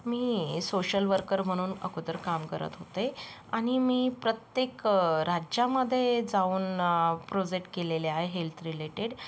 मी social worker म्हणून अगोदर काम करत होते आणि मी प्रत्येक राज्यामध्ये जाऊन प्रोजेक्ट केलेले आहे हेल्थ रिलेटेड